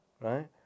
Right